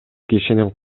кишинин